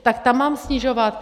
Tak tam mám snižovat?